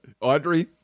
Audrey